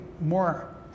more